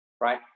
right